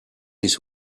his